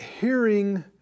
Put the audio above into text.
hearing